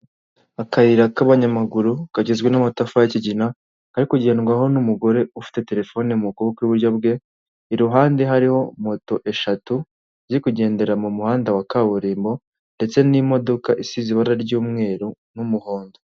Akayira k'abanyamaguru kagizwe n'amatafari y'kigina, kari kugendwaho n'umugore ufite telefone mu kuboko kw'iburyo bwe, iruhande hariho moto eshatu ziri kugendera mu muhanda wa kaburimbo ndetse n'imodoka isize ibara ry'umweru n'umuhondo.